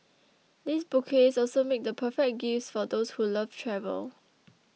these bouquets also make the perfect gifts for those who love travel